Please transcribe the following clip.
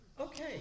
Okay